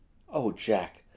oh, jack,